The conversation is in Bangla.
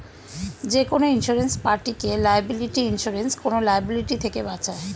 যেকোনো ইন্সুরেন্স পার্টিকে লায়াবিলিটি ইন্সুরেন্স কোন লায়াবিলিটি থেকে বাঁচায়